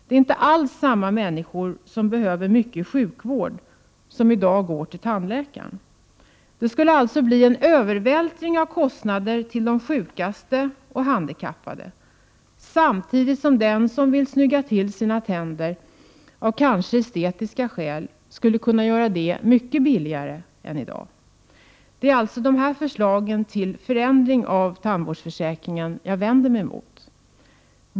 Det är inte alls samma människor som behöver mycket sjukvård som i dag går till tandläkaren. Det skulle alltså bli en övervältring av kostnader till de sjukaste och handikappade, samtidigt som den som vill snygga till sina tänder, av kanske estetiska skäl, skulle kunna göra det mycket billigare än i dag. Det är alltså de här förslagen till förändring av tandvårdsförsäkringen jag vänder mig emot.